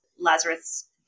Lazarus